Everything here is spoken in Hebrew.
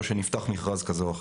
או שנפתח מכרז כזה או אחר.